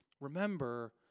Remember